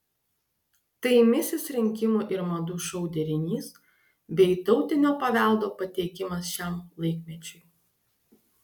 tai misis rinkimų ir madų šou derinys bei tautinio paveldo pateikimas šiam laikmečiui